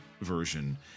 version